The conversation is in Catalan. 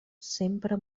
sempre